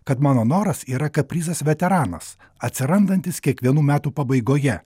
kad mano noras yra kaprizas veteranas atsirandantis kiekvienų metų pabaigoje